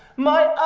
my